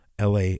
la